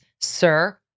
Sir